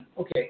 okay